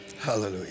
Hallelujah